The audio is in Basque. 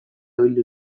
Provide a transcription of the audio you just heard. bildu